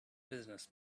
business